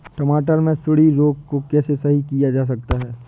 टमाटर से सुंडी रोग को कैसे सही किया जा सकता है?